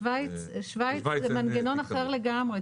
בשוויץ זה מנגנון אחר לגמרי.